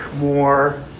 more